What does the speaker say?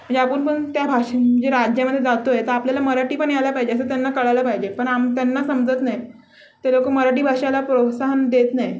म्हणजे आपण पण त्या भाषे जे राज्यामध्ये जातो आहे तर आपल्याला मराठी पण यायला पाहिजे असं त्यांना कळायला पाहिजे पण आम त्यांना समजत नाही ते लोकं मराठी भाषेला प्रोत्साहन देत नाही